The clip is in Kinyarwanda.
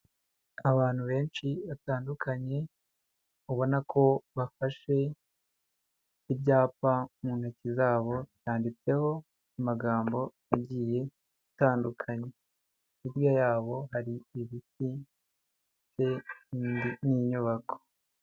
Abantu benshi batandukanye, ubona ko bafashe ibyapa mu ntoki zabo, handitseho amagambo agiye atandukanye, hirya yabo hari ibiti ndetse n'inyubako.